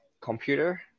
computer